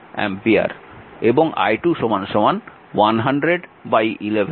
এবং i2 100 11 ampere